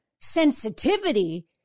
sensitivity